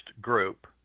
group